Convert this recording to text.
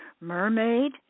mermaid